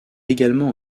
également